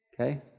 Okay